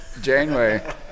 Janeway